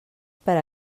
per